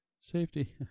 Safety